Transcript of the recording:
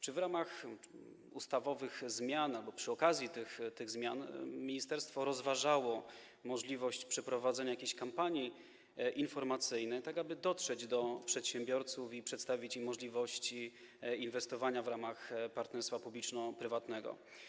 Czy w ramach zmian ustawowych albo przy okazji tych zmian ministerstwo rozważało możliwość przeprowadzenia jakiejś kampanii informacyjnej, tak aby dotrzeć do przedsiębiorców i przedstawić im możliwości inwestowania w ramach partnerstwa publiczno-prywatnego?